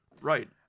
Right